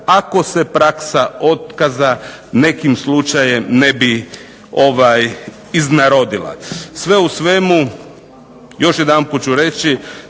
ako se praksa otkaza nekim slučajem ne bi iznarodila. Sve u svemu, još jedanput ću reći,